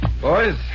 Boys